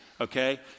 okay